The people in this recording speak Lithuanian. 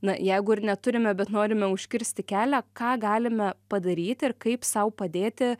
na jeigu ir neturime bet norime užkirsti kelią ką galime padaryti ir kaip sau padėti